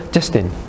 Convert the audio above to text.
Justin